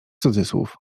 cudzysłów